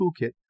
Toolkit